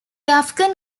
afghan